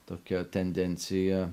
tokia tendencija